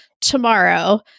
tomorrow